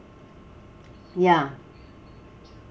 ya